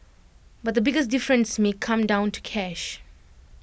but the biggest difference may come down to cash